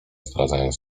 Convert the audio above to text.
zdradzając